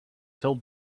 till